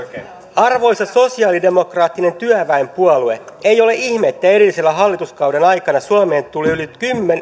arvoisa sosialidemokraattinen työväenpuolue ei ole ihme että edellisen hallituskauden aikana suomeen tuli yli